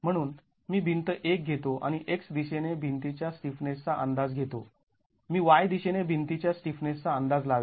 म्हणून मी भिंत १ घेतो आणि x दिशेने भिंतीच्या स्टिफनेसचा अंदाज घेतो मी y दिशेने भिंतीच्या स्टिफनेसचा अंदाज लावेल